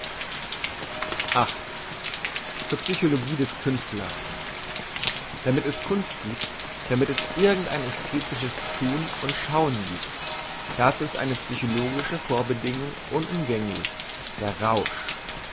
zur psychologie des künstlers damit es kunst giebt damit es irgend ein ästhetisches thun und schauen giebt dazu ist eine physiologische vorbedingung unumgänglich der rausch